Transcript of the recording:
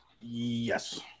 Yes